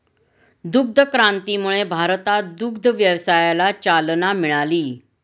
दुग्ध क्रांतीमुळे भारतात दुग्ध व्यवसायाला चालना मिळाली